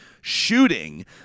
shooting